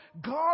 God